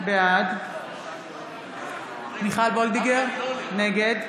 בעד מיכל וולדיגר, נגד